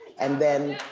and then,